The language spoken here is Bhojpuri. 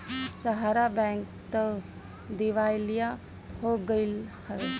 सहारा बैंक तअ दिवालिया हो गईल हवे